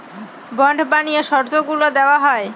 bond বানিয়ে শর্তগুলা দেওয়া হয়